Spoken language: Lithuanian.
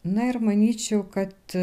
na ir manyčiau kad